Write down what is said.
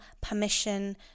permission